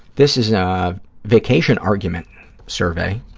this is a vacation argument survey,